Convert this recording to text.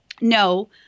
no